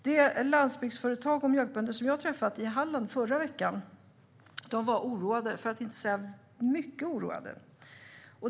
De landsbygdsföretag och mjölkbönder som jag träffade i Halland förra veckan var mycket oroade.